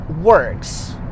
works